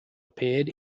appeared